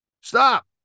Stop